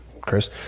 Chris